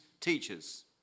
teachers